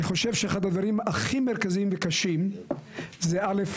אני חושב שאחד הדברים הכי מרכזיים וקשים זה א'